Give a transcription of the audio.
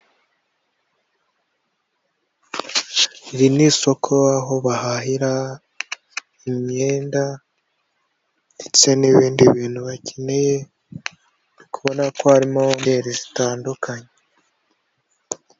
Iri ni isoko aho bahahira imyenda ndetse n'ibindi bintu bakeneye, uri kubona ko harimo hoteri zitandukanye.